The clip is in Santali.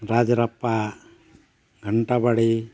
ᱨᱟᱡᱽ ᱨᱟᱯᱯᱟ ᱜᱷᱟᱱᱴᱟ ᱵᱟᱲᱤ